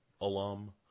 alum